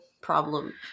problem